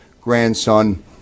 grandson